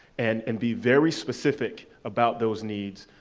and and be very specific about those needs,